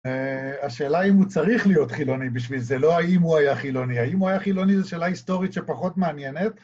‫השאלה אם הוא צריך להיות חילוני בשביל זה, ‫לא האם הוא היה חילוני. ‫האם הוא היה חילוני ‫זו שאלה היסטורית שפחות מעניינת?